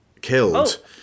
killed